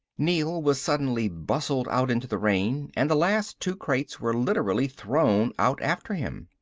neel was suddenly bustled out into the rain and the last two crates were literally thrown out after him.